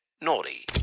naughty